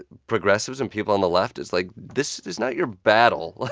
progressives and people on the left, it's like, this is not your battle. like.